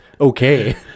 okay